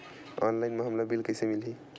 Online म हमला bill कइसे मिलही?